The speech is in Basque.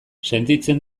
sentitzen